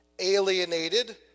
alienated